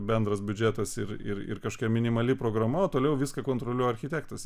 bendras biudžetas ir ir kažkokia minimali programa o toliau viską kontroliuoja architektas